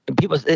People